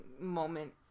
moment